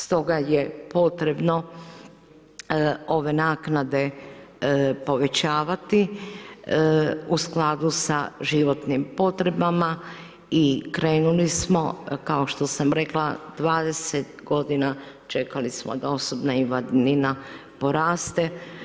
Stoga je potrebno ove naknade povećavati u skladu sa životnim potrebama i krenuli smo, kao što sam rekla, 20 godina čekali smo da osobna invalidnina poraste.